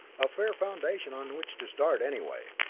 a fair foundation on which to start, anyway.